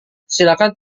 silakan